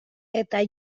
eta